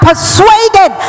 persuaded